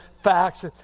facts